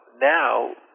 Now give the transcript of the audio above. now